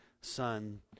Son